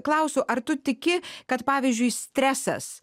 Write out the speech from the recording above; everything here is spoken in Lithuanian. klausiu ar tu tiki kad pavyzdžiui stresas